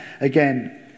again